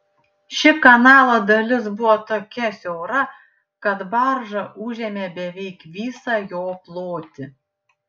ši kanalo dalis buvo tokia siaura kad barža užėmė beveik visą jo plotį